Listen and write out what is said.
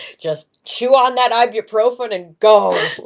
just chew on that ibuprofen and go